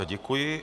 Děkuji.